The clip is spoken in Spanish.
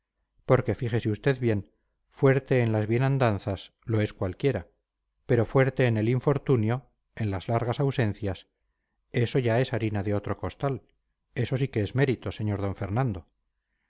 porque fíjese usted bien fuerte en las bienandanzas lo es cualquiera pero fuerte en el infortunio en las largas ausencias eso ya es harina de otro costal eso sí que es mérito sr d fernando ea